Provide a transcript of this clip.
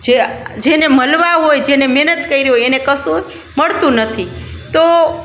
જે જેને મળવા હોય જેને મહેનત કરી હોય એને કશુંય મળતું નથી તો